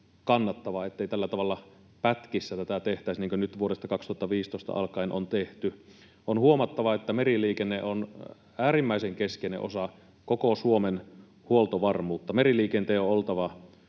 kannatettavaa, niin ettei tällä tavalla pätkissä tätä tehtäisi, niin kuin nyt vuodesta 2015 alkaen on tehty. On huomattava, että meriliikenne on äärimmäisen keskeinen osa koko Suomen huoltovarmuutta. Meriliikenteen on oltava